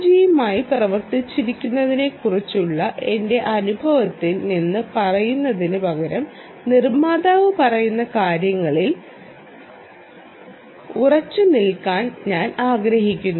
ജിയുമായി പ്രവർത്തിച്ചതിനെക്കുറിച്ചുള്ള എന്റെ അനുഭവത്തിൽ നിന്ന് പറയുന്നതിന് പകരം നിർമ്മാതാവ് പറയുന്ന കാര്യങ്ങളിൽ ഉറച്ചുനിൽക്കാൻ ഞാൻ ആഗ്രഹിക്കുന്നു